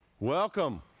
Welcome